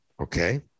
Okay